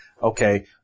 Okay